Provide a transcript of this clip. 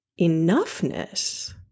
enoughness